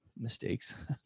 mistakes